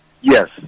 Yes